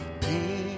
peace